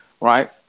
Right